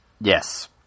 Yes